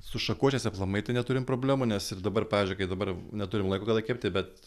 su šakočiais aplamai tai neturim problemų nes ir dabar pavyzdžiui kai dabar neturim laiko kada kepti bet